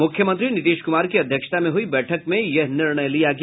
मुख्यमंत्री नीतीश कुमार की अध्यक्षता में हुई बैठक में यह निर्णय लिया गया